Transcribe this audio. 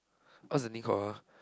what's the name called